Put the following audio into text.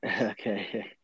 Okay